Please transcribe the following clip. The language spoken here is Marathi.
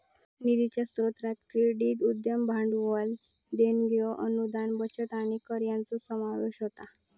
निधीच्या स्रोतांत क्रेडिट, उद्यम भांडवल, देणग्यो, अनुदान, बचत आणि कर यांचो समावेश होता